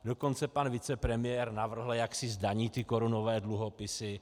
Dokonce pan vicepremiér navrhl, jak si zdaní ty korunové dluhopisy.